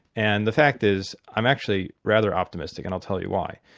and the fact is i'm actually rather optimistic and i'll tell you why.